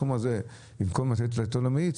במקום לתת אותו למאיץ,